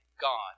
God